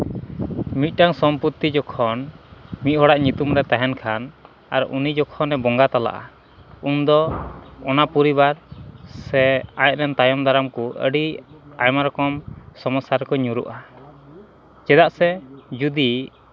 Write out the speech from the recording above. ᱢᱤᱫᱴᱮᱱ ᱥᱚᱢᱯᱚᱛᱛᱤ ᱡᱚᱠᱷᱚᱱ ᱢᱤᱫ ᱦᱚᱲᱟᱜ ᱧᱩᱛᱩᱢ ᱨᱮ ᱛᱟᱦᱮᱱ ᱠᱷᱟᱱ ᱟᱨ ᱩᱱᱤ ᱡᱚᱠᱷᱚᱱᱮ ᱵᱚᱸᱜᱟ ᱛᱟᱞᱟᱜᱼᱟ ᱩᱱᱫᱚ ᱚᱱᱟ ᱯᱚᱨᱤᱵᱟᱨ ᱥᱮ ᱟᱡ ᱨᱮᱱ ᱛᱟᱭᱚᱢ ᱫᱟᱨᱟᱢ ᱠᱚ ᱟᱹᱰᱤ ᱟᱭᱢᱟ ᱨᱚᱠᱚᱢ ᱥᱚᱢᱚᱥᱥᱟ ᱨᱮᱠᱚ ᱧᱩᱨᱦᱩᱜᱼᱟ ᱪᱮᱫᱟᱜ ᱥᱮ ᱡᱩᱫᱤ